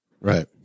Right